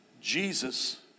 Jesus